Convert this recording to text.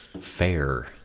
Fair